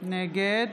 נגד